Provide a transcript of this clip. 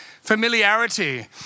Familiarity